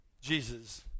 Jesus